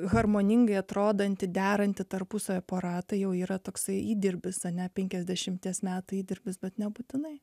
harmoningai atrodantį derantį tarpusavyje aparatai jau yra toksai įdirbis ane penkiasdešimties metų įdirbis bet nebūtinai